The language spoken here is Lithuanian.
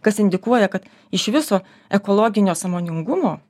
kas indikuoja kad iš viso ekologinio sąmoningumo